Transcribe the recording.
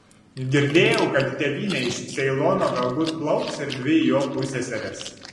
girdėjau kad į tėvynę iš ceilono galbūt plauks ir dvi jo pusseserės